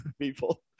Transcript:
people